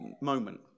moment